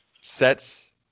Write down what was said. sets